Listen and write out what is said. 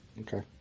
Okay